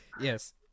Yes